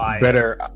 better